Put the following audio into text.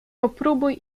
popróbuj